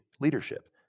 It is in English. leadership